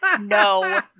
No